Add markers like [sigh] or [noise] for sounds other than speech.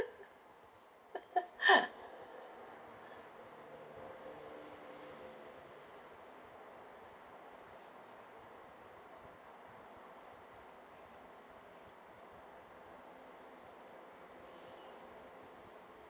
[laughs]